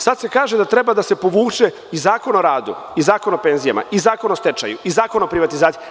Sada se kaže da treba da se povuče i Zakon o radu, i Zakon o penzijama, i Zakon o stečaju, i Zakon o privatizaciji.